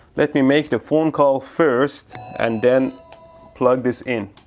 let me make the phone call first and then plug this in